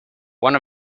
one